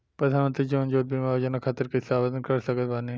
प्रधानमंत्री जीवन ज्योति बीमा योजना खातिर कैसे आवेदन कर सकत बानी?